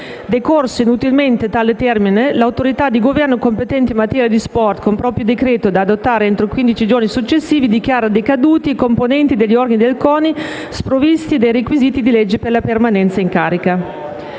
Decorso inutilmente tale termine, l'autorità di Governo competente in materia di sport, con proprio decreto da adottare entro i quindici giorni successivi, dichiara decaduti i componenti degli organi del CONI sprovvisti dei requisiti di legge per la permanenza in carica.